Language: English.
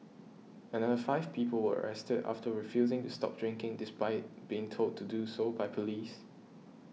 another five people were arrested after refusing to stop drinking despite being told to do so by police